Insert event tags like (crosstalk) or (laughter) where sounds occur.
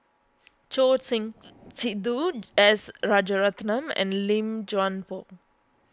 Choor Singh (noise) Sidhu S Rajaratnam and Lim Chuan Poh